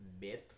myth